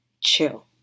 chill